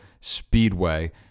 Speedway